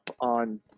on